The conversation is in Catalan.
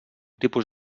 tipus